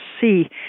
see